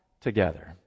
Together